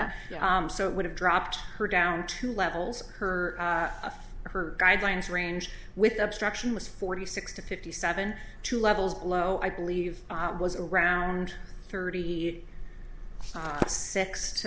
honor so it would have dropped her down to levels her or her guidelines range with obstruction was forty six to fifty seven two levels below i believe it was around thirty six